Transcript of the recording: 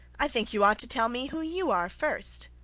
i think, you ought to tell me who you are, first